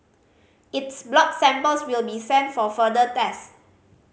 its blood samples will be sent for further test